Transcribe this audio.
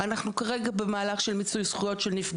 יש דו"ח של המוסד לביטוח לאומי,